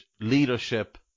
Leadership